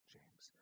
James